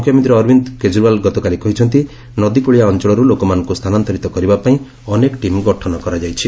ମୁଖ୍ୟମନ୍ତ୍ରୀ ଅରବିନ୍ଦ କେଜରିୱାଲ ଗତକାଲି କହିଛନ୍ତି ନଦୀକୁଳିଆ ଅଞ୍ଚଳରୁ ଲୋକମାନଙ୍କୁ ସ୍ଥାନାନ୍ତରିତ କରିବା ପାଇଁ ଅନେକ ଟିମ୍ ଗଠନ କରାଯାଇଛି